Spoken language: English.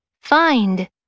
Find